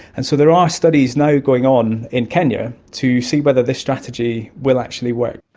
and so there are studies now going on in kenya to see whether this strategy will actually work.